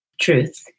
Truth